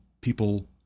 people